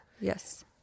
Yes